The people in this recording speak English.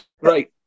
Right